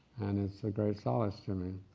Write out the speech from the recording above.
and it's a great solace to me.